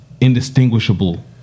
indistinguishable